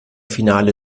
finale